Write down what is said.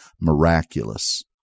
miraculous